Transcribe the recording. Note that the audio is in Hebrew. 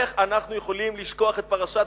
איך אנחנו יכולים לשכוח את פרשת,